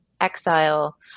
exile